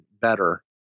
better